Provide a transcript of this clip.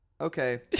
Okay